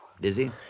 Dizzy